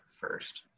first